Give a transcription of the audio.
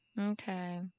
Okay